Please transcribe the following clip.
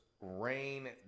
rain